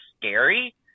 scary